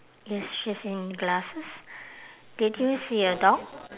yes she's in glasses did you see a dog